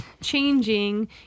changing